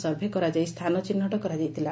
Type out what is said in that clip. survey କରାଯାଇ ସ୍ଚାନ ଚିହ୍ବଟ କରାଯାଇଥିଲା